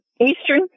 Eastern